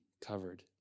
covered